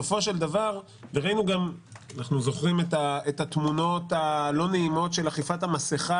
אנחנו זוכרים את התמונות הלא נעימות של אכיפת המסכה